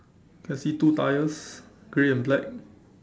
I see two tyres grey and black